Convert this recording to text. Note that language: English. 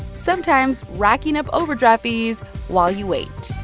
sometimes racking up overdraft fees while you wait.